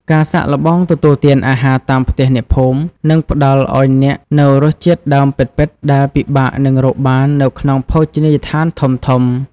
ការសាកល្បងទទួលទានអាហារតាមផ្ទះអ្នកភូមិ នឹងផ្តល់ឱ្យអ្នកនូវរសជាតិដើមពិតៗ ដែលពិបាកនឹងរកបាននៅក្នុងភោជនីយដ្ឋានធំៗ។